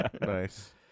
Nice